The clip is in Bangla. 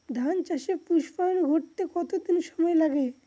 ধান চাষে পুস্পায়ন ঘটতে কতো দিন সময় লাগে?